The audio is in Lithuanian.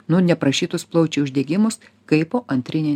nu neprašytus plaučių uždegimus kaipo antrinė